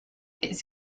its